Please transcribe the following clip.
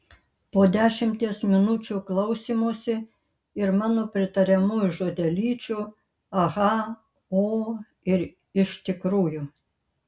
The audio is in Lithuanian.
po dešimties minučių klausymosi ir mano pritariamųjų žodelyčių aha o ir iš tikrųjų